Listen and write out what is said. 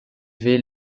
veit